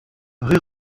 rue